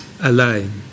alone